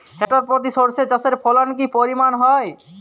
Hectare প্রতি সর্ষে চাষের ফলন কি পরিমাণ হয়?